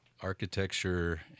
architecture